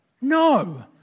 no